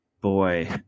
Boy